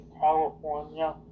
California